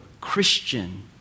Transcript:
Christian